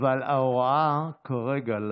אבל ההוראה כרגע,